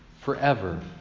forever